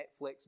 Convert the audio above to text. Netflix